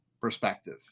perspective